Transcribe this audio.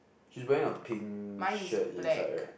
she's wearing a pink shirt inside right